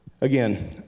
again